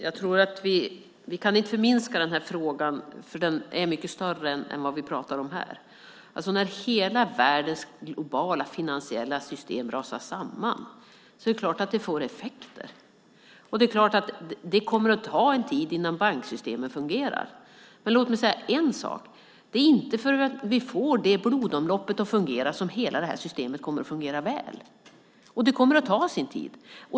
Herr talman! Vi kan inte förminska den här frågan, för den är mycket större än det som vi pratar om här. När hela världens globala finansiella system rasar samman är det klart att det får effekter, och det är klart att det kommer att ta tid innan banksystemen fungerar. Men låt mig säga en sak. Det är inte förrän vi får det blodomloppet att fungera som hela det här systemet kommer att fungera väl, och det kommer att ta sin tid.